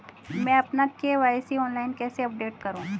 मैं अपना KYC online कैसे अपडेट करूँ?